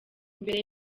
mbere